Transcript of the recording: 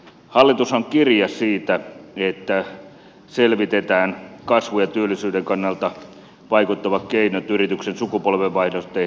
hallitushan kirjasi siitä että selvitetään kasvun ja työllisyyden kannalta vaikuttavat keinot yritysten sukupolvenvaihdosten helpottamiseksi